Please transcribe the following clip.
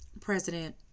president